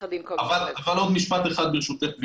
עוד משפט אחד ברשותך.